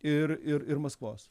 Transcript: ir ir ir maskvos